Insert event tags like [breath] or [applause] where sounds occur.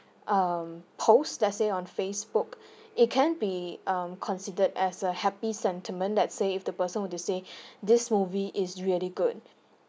um post let's say on facebook it can be considered as a happy sentiment that say if the person were to say [breath] this movie is really good